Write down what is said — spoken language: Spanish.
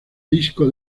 disco